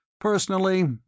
Personally